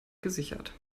gesichert